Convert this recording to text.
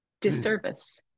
disservice